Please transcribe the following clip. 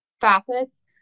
facets